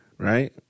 right